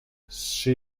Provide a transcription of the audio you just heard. she